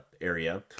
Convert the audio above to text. area